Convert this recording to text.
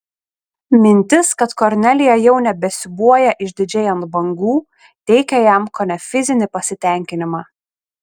mintis kad kornelija jau nebesiūbuoja išdidžiai ant bangų teikė jam kone fizinį pasitenkinimą